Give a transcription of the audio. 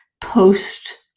post